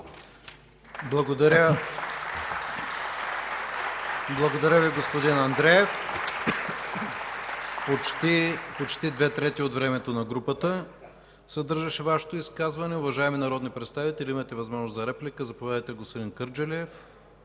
Благодаря Ви, господин Андреев. Почти две трети от времето на групата съдържаше Вашето изказване. Уважаеми народни представители, имате възможност за реплики. Заповядайте, господин Кърджалиев,